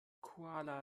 kuala